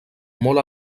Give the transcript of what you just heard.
molt